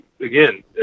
again